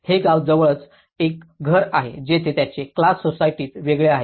हे गाव जवळच एक घर आहे जेथे त्यांचे क्लास सोसाटीएस वेगवेगळे आहेत